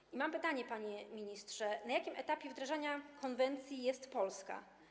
Dlatego mam pytanie, panie ministrze: Na jakim etapie wdrażania konwencji jest Polska?